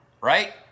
Right